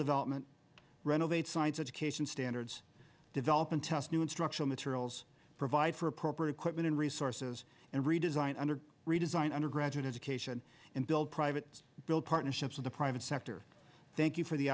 development renovate science education standards develop and test new instructional materials provide for proper equipment and resources and redesign under redesign undergraduate education and build private build partnerships of the private sector thank you for the